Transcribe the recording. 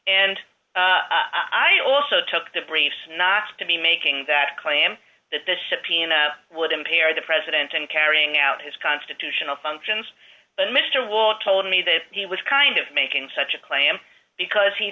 and i also took the briefs not to be making that claim that that ship piano would impair the president in carrying out his constitutional functions but mr will told me that he was kind of making such a claim because he